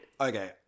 Okay